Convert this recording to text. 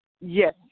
Yes